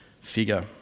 figure